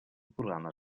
programes